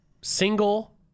Single